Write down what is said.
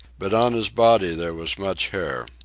but on his body there was much hair.